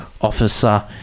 officer